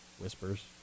whispers